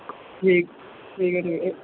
ਠੀਕ ਠੀਕ ਹੈ ਠੀਕ ਹੈ